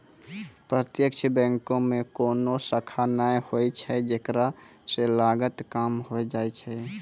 प्रत्यक्ष बैंको मे कोनो शाखा नै होय छै जेकरा से लागत कम होय जाय छै